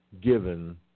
given